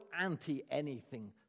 anti-anything